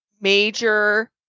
major